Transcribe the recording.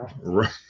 right